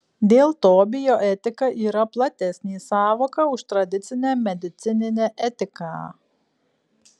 dėl to bioetika yra platesnė sąvoka už tradicinę medicininę etiką